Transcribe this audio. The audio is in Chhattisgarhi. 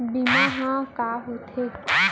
बीमा ह का होथे?